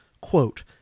quote